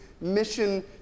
mission